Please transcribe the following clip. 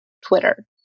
Twitter